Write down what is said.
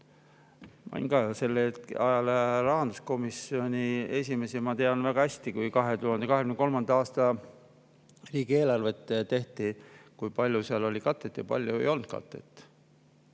Ma olin sellel ajal rahanduskomisjoni esimees ja ma tean väga hästi, kui 2023. aasta riigieelarvet tehti, kui palju seal oli katet ja kui palju ei olnud katet.